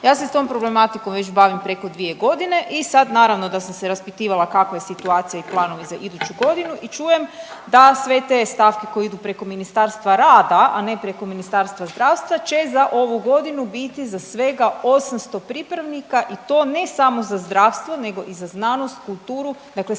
Ja se s tom problematikom već bavim preko 2 godine i sad naravno da sam se raspitivala kakva je situacija i planove za iduću godinu i čujem da sve te stavke koje idu preko Ministarstva rada, a ne preko Ministarstva zdravstva će za ovu godinu biti za svega 800 pripravnika i to ne samo za zdravstvo, nego i za znanost, kulturu, dakle